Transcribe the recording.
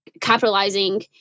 capitalizing